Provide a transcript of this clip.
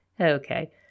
okay